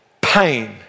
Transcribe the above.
pain